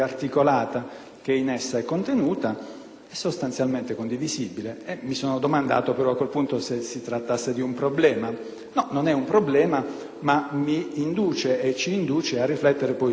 è sostanzialmente condivisibile. Mi sono domandato a quel punto se si trattasse di un problema. No, non è un problema, ma mi induce e ci induce a riflettere su quello che in questa relazione c'è e su quello che, invece,